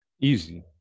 Easy